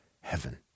heaven